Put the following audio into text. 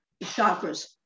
Chakras